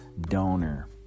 donor